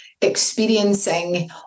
experiencing